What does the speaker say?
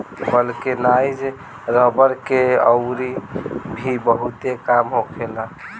vulcanise रबड़ के अउरी भी बहुते काम होखेला